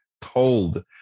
told